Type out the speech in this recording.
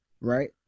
right